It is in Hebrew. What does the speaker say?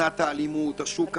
סכנת האלימות, השוק האפור.